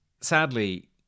sadly